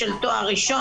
של תואר ראשון.